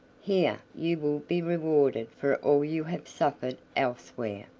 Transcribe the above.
here you will be rewarded for all you have suffered elsewhere.